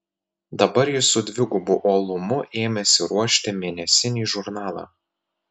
dabar jis su dvigubu uolumu ėmėsi ruošti mėnesinį žurnalą